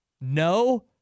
No